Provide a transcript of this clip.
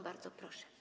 Bardzo proszę.